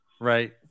right